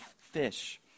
fish